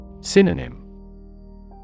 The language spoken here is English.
Synonym